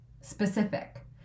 Specific